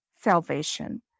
salvation